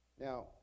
Now